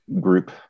group